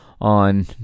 on